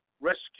rescue